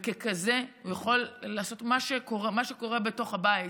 וככזה, מה שקורה בתוך הבית